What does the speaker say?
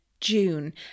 June